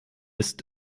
isst